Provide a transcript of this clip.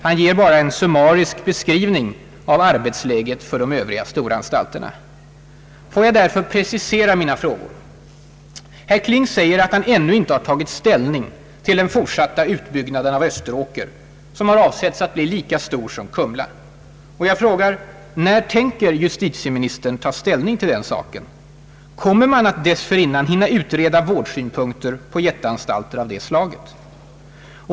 Han ger bara en summarisk beskrivning av arbetsläget för de övriga storanstalterna, Låt mig därför precisera mina frågor. Herr Kling säger att han ännu inte tagit ställning till den fortsatta utbyggnaden av Österåker, som har avsetts att bli lika stort som Kumla. När tänker justitieministern ta ställning till den saken? Kommer man att dessförinnan hinna utreda vårdsynpunkter på jätteanstalter av det slaget?